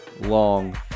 long